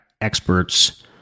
experts